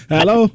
Hello